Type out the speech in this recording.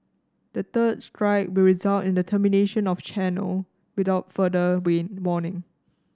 the third strike will result in the termination of the channel without further warning